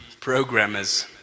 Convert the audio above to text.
programmers